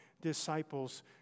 disciples